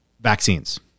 vaccines